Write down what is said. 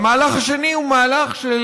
המהלך השני הוא מהלך של,